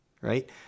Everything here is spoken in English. right